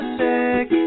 sick